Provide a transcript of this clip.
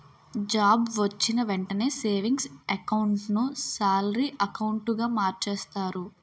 job వొచ్చిన వెంటనే savings account ను సాలరీ అకౌంటుగా మార్చేస్తారు